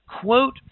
Quote